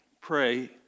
pray